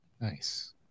Nice